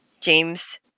James